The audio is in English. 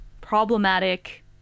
problematic